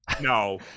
No